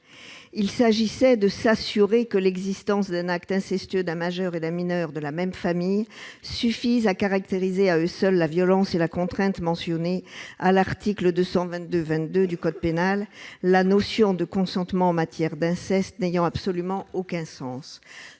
Il s'agissait de s'assurer que l'existence d'un acte incestueux d'un majeur sur un mineur de la même famille suffit à caractériser à elle seule la violence et la contrainte mentionnée à l'article 222-22 du code pénal, la notion de consentement en matière d'inceste n'ayant absolument aucun sens.